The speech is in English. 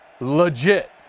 legit